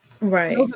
Right